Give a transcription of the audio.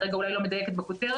- אני אולי לא מדייקת בתואר